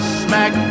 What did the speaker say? smack